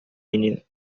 menino